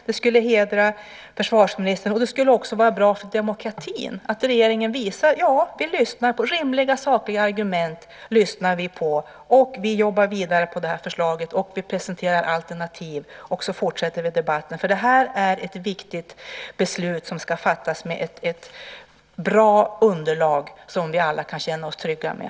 Det skulle hedra försvarsministern, och det skulle vara bra för demokratin om regeringen visade att man lyssnar på rimliga sakargument, jobbar vidare med förslaget, presenterar alternativ och fortsätter debatten. Det här är ett viktigt beslut som ska fattas med ett bra underlag som vi alla kan känna oss trygga med.